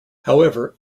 however